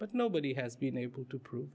but nobody has been able to prove